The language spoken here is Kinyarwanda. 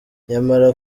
nyamara